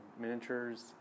miniatures